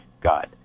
God